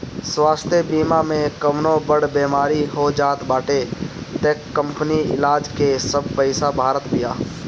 स्वास्थ्य बीमा में कवनो बड़ बेमारी हो जात बाटे तअ कंपनी इलाज के सब पईसा भारत बिया